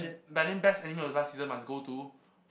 but then best anime of last season must go to